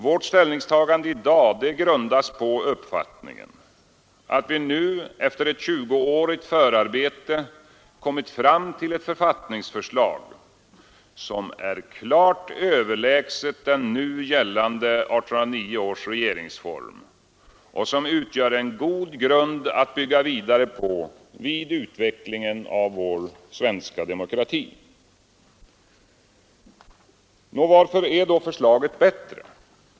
Vårt ställningstagande i dag grundas på uppfattningen att vi nu efter ett tjugoårigt förarbete kommit fram till ett författningsförslag, som är klart överlägset den nu gällande 1809 års regeringsform och som utgör en god grund att bygga vidare på vid utvecklingen av vår svenska demokrati. Varför är då förslaget bättre?